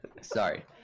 Sorry